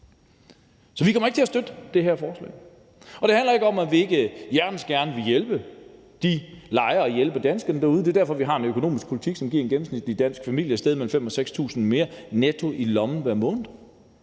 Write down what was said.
Vi kommer ikke til at støtte det her forslag. Det handler ikke om, at vi ikke hjertens gerne vil hjælpe de lejere og hjælpe danskerne derude. Det er derfor, at vi har en økonomisk politik, som giver en gennemsnitlig dansk familie et sted mellem 5.000-6.000 kr. netto mere i lommen hver måned,